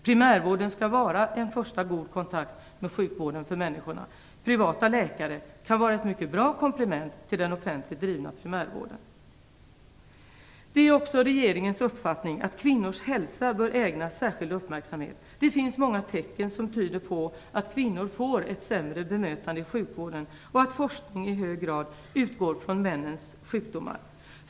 Primärvården skall vara en första god kontakt med sjukvården för människorna. Privata läkare kan vara ett mycket bra komplement till den offentligt drivna primärvården. Det är också regeringens uppfattning att kvinnors hälsa bör ägnas särskild uppmärksamhet. Det finns många tecken som tyder på att kvinnor får ett sämre bemötande i sjukvården och att forskningen i hög grad utgår från männens sjukdomar.